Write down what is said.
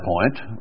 point